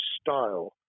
style